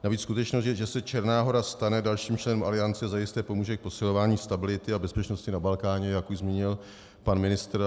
Navíc skutečnost, že se Černá Hora stane dalším členem Aliance, zajisté pomůže k posilování stability a bezpečnosti na Balkáně, jak už zmínil pan ministr.